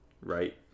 Right